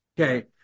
Okay